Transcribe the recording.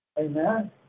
Amen